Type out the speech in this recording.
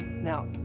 Now